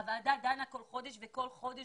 הוועדה דנה כל חודש במטרה שכל חודש